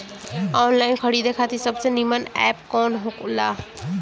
Online खरीदे खातिर सबसे नीमन एप कवन हो ला?